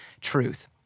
truth